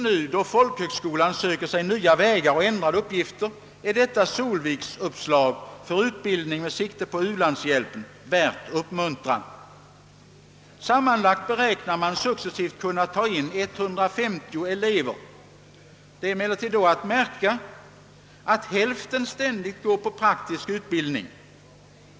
Nu, då folkhögskolan söker sig nya vägar och ändrade uppgifter, är detta Solviks-uppslag för utbildning med sikte på u-landshjälpen värt uppmuntran. Sammanlagt beräknar man att successivt kunna ta in 150 elever. Då är emellertid att märka att hälften av dessa ständigt går till praktisk utbildning.